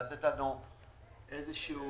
לתת לנו איזה שהוא